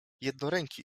jednoręki